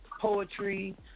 poetry